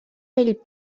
bell